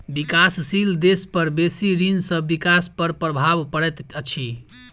विकासशील देश पर बेसी ऋण सॅ विकास पर प्रभाव पड़ैत अछि